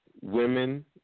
women